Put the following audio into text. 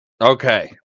Okay